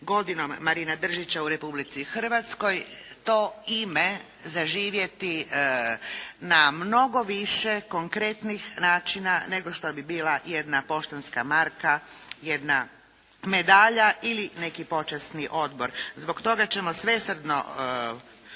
godinom "Marina Držića" u Republici Hrvatskoj to ime zaživjeti na mnogo više konkretnih načina nego što bi bila jedna poštanska marka, jedna medalja ili neki počasni odbor. Zbog toga ćemo svesrdno